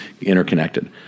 interconnected